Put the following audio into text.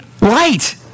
light